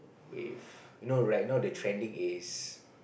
with you know right now the trending is